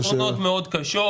שכונות מאוד קשות.